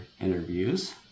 interviews